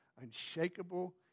unshakable